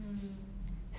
mm